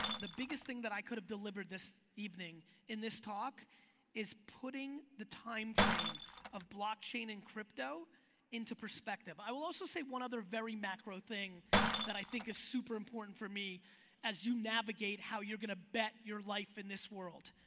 the biggest thing that i could've delivered this evening in this talk is putting the timeframe of blockchain and crypto into perspective. i will also say one other very macro thing that i think is super important for me as you navigate how you're going to bet your life in this world.